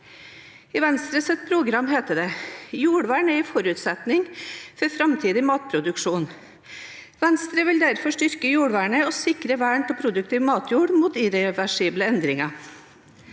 I Venstres program heter det: «Jordvern er en forutsetning for fremtidig matproduksjon. Venstre vil derfor styrke jordvernet og sikre vern av produktiv matjord med irreversible endringer.»